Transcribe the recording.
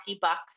bucks